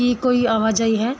ਕੀ ਕੋਈ ਆਵਾਜਾਈ ਹੈ